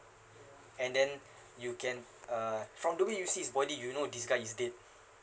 and then you can uh from the way you see his body you know this guy is dead